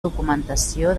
documentació